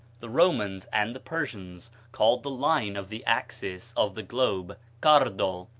the romans and the persians called the line of the axis of the globe cardo,